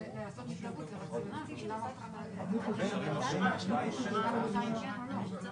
אנחנו נרצה לדעת סדר גודל של גנט זמנים,